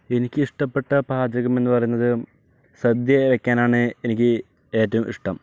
എനിക്കിഷ്ടപ്പെട്ട പാചകം എന്ന് പറയുന്നത് സദ്യ വെക്കാനാണ് എനിക്ക് ഏറ്റവും ഇഷ്ടം